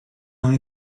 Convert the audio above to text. and